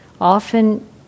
often